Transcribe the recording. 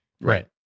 right